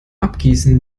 abgießen